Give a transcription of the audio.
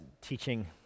teaching